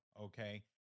okay